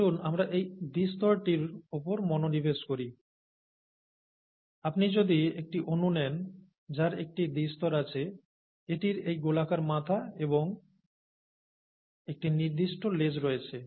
আসুন আমরা এই দ্বি স্তরটির ওপর মনোনিবেশ করি আপনি যদি একটি অণু নেন যার একটি দ্বি স্তর আছে এটির এই গোলাকার মাথা এবং একটি নির্দিষ্ট লেজ রয়েছে